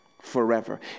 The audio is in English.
forever